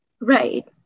right